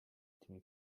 tymi